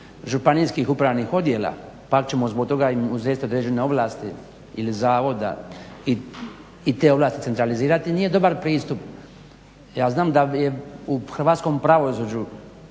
županijskih upravnih odjela pak ćemo zbog toga im uzet državne ovlasti ili zavoda i te ovlasti centralizirati nije dobar pristup. Ja znam da je u Hrvatskom pravosuđu